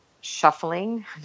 shuffling